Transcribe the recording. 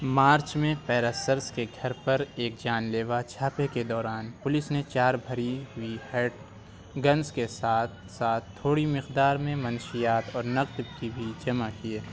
مارچ میں پیراسرس کے گھر پر ایک جان لیوا چھاپے کے دوران پولیس نے چار بھری ہوئی ہیڈ گنس کے ساتھ ساتھ تھوڑی مقدار میں منشیات اور نقد کی بھی جمع کیے